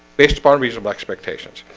based upon reasonable expectations.